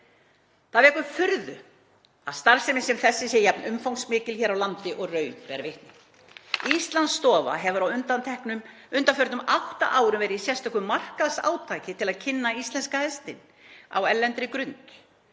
Það vekur furðu að starfsemi sem þessi sé jafn umfangsmikil hér á landi og raun ber vitni. Íslandsstofa hefur á undanförnum átta árum verið í sérstöku markaðsátaki til að kynna íslenska hestinn á erlendri grundu.